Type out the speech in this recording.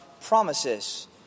promises